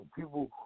people